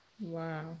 Wow